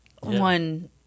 One